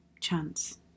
chance